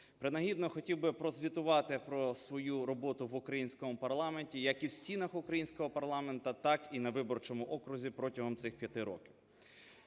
Принагідно хотів би прозвітувати про свою роботу в українському парламенті, як і в стінах українського парламенту, так і на виборчому окрузі протягом цих 5 років.